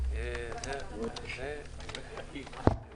הישיבה